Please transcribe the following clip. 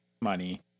money